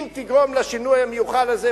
אם תגרום לשינוי המיוחל הזה,